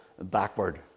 backward